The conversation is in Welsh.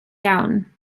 iawn